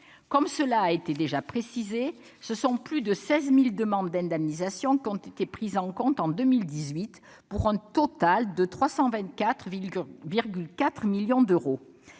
Comme cela a déjà été précisé, plus de 16 000 demandes d'indemnisation ont été prises en compte en 2018, pour un total de 324,4 millions d'euros.